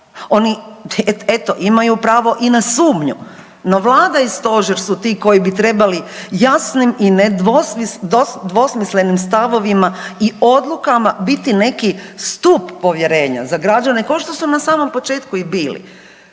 oni eto imaju pravo i na sumnju. No vlada i stožer su ti koji bi trebali jasnim i nedvosmislenim stavovima i odlukama biti neki stup povjerenja za građane košto su na samom početku i bili.